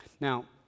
Now